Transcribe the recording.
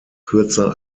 kürzer